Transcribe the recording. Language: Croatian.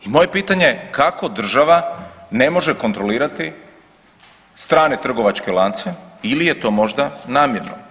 I moje je pitanje kako država ne može kontrolirati strane trgovačke lance ili je to možda namjerno.